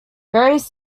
various